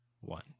one